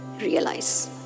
realize